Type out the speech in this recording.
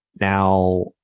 Now